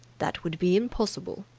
that would be impossible,